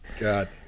God